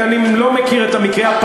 כולם יהיו זכאים להטבות שהחוק הזה מקנה,